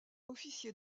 officier